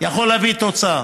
יכול להביא תוצאה.